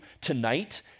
tonight